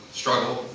struggle